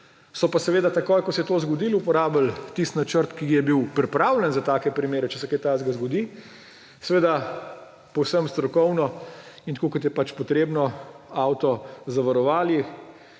So pa seveda takoj, ko se je to zgodilo, uporabili tisti načrt, ki je bil pripravljen za take primere, če se kaj takega zgodi, seveda povsem strokovno in tako, kot je pač treba, avto zavarovali,